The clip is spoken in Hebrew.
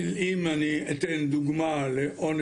ואז נעמוד ב-80% בבג"ץ במקומות כליאה עד 4.5 ותהיה